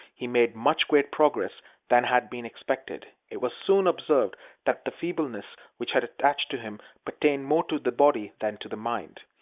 he made much greater progress than had been expected. it was soon observed that the feebleness which had attached to him pertained more to the body than to the mind.